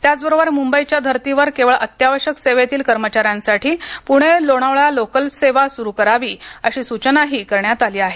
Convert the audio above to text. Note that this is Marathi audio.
त्याचबरोबर मुंबईच्या धर्तीवर केवळ अत्यावश्यक सेवेतील कर्मचाऱ्यांसाठी पुणे लोणावळा लोकल सेवा सुरू करावी अशी सूचनाही करण्यात आली आहे